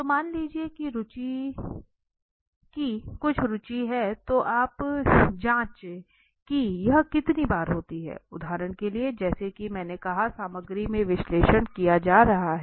तो मान लीजिए कि रुचि की कुछ रुचि है तो आप जांचें कि यह कितनी बार होती है उदाहरण के लिए जैसा कि मैंने कहा सामग्री में विश्लेषण किया जा रहा है